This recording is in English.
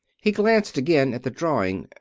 he glanced again at the drawing.